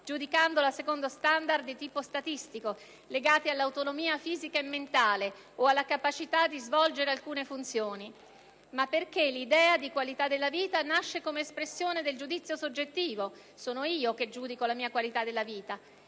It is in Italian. giudicandola secondo standard di tipo statistico, legati all'autonomia fisica e mentale, o alla capacità di svolgere alcune funzioni. Ma anche perché l'idea di qualità della vita nasce come espressione del giudizio soggettivo - sono io che giudico la mia qualità della vita